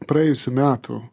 praėjusių metų